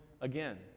again